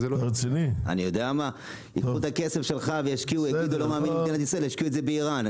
ייקחו את הכסף שלך וישקיעו באיראן.